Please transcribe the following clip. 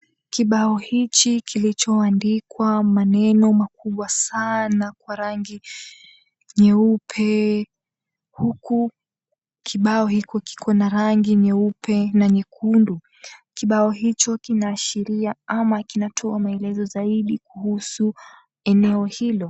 Kibao hichi kilichoandikwa maneno makubwa sana kwa rangi nyeupe, huku kibao hiko kikiwa na rangi nyeupe na nyekundu, kibao hicho kinaashiria ama kinatoa maelezo zaidi kuhusu eneo hilo.